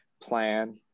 plan